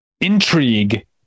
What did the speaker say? intrigue